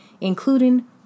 including